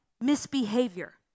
misbehavior